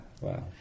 wow